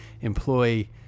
employ